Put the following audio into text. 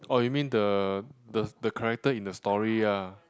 orh you mean the the character in the story ah